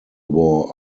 war